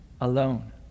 alone